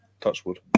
Touchwood